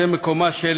וזה מקומה של